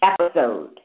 episode